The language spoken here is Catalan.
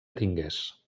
tingués